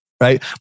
right